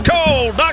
Cold